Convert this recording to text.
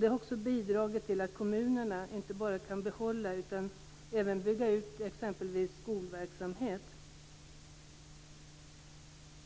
Det har bidragit till att kommunerna inte bara kan behålla utan även bygga ut exempelvis skolverksamhet.